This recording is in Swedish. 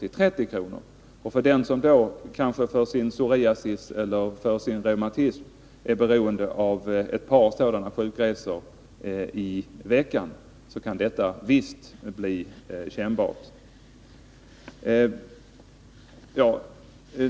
till 30 kr. För den som, kanske för sin psoriasis eller sin reumatism, är beroende av ett par sådana sjukresor i veckan kan detta visst blir kännbart.